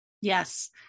Yes